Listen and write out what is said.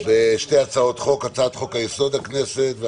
אני פותח את הישיבה בשתי הצעות חוק-יסוד: הכנסת,